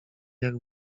jak